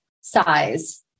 size